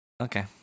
Okay